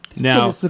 Now